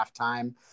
halftime